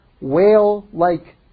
whale-like